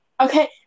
okay